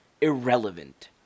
irrelevant